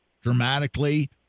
dramatically